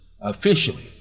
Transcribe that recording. officially